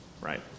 right